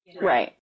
Right